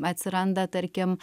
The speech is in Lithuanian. atsiranda tarkim